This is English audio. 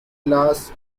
lasts